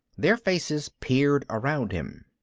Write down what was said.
their faces peered around him.